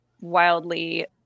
wildly